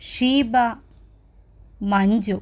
Sheeba Manju